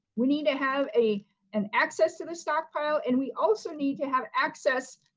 we need to have a an access to the stockpile, and we also need to have access,